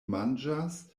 manĝas